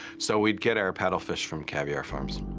so we get our paddlefish from caviar farms.